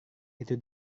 itu